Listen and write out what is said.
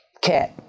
cat